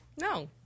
No